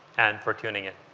and for tune ing in.